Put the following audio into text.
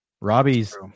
Robbie's